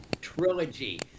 Trilogy